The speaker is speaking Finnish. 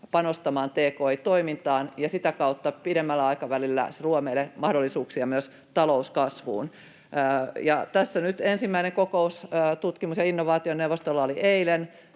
panostamaan tki-toimintaan ja sitä kautta pidemmällä aikavälillä Suomelle mahdollisuuksia myös talouskasvuun. Tässä oli nyt ensimmäinen kokous tutkimus- ja innovaationeuvostolla eilen,